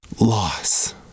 loss